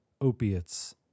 opiates